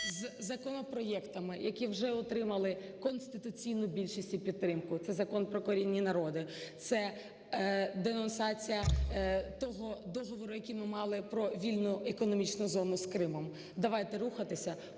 із законопроектами, які вже отримали конституційну більшість і підтримку, це Закон про корінні народи, це денонсація того договору, який ми мали, про вільну економічну зону з "Кримом", давайте рухатися